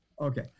Okay